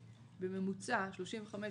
בממוצע פי 35